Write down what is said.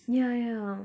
ya ya